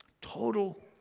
Total